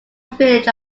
village